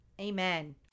Amen